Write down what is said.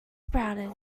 sprouted